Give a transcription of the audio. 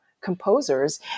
composers